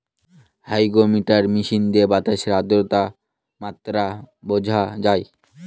hygrometer machine দিয়ে বাতাসের আদ্রতার মাত্রা বোঝা হয়